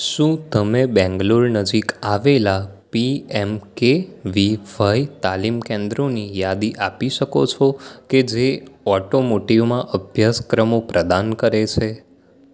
શું તમે બેંગ્લોર નજીક આવેલા P M K V Y તાલીમ કેન્દ્રોની યાદી આપી શકો છો કે જે ઓટોમોટિવમાં અભ્યાસક્રમો પ્રદાન કરે છે